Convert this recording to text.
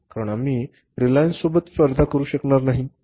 कारण आम्ही रिलायन्स सोबत स्पर्धा करू शकणार नाही